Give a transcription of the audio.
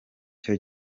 cyo